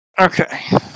Okay